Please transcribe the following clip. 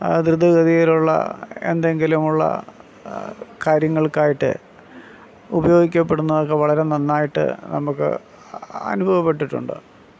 ധൃതഗതിയിലുള്ള എന്തെങ്കിലും ഉള്ള കാര്യങ്ങൾക്കായിട്ട് ഉപയോഗിക്കപ്പെടുന്നതൊക്കെ വളരെ നന്നായിട്ട് നമുക്ക് അനുഭവപ്പെട്ടിട്ടുണ്ട്